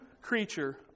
creature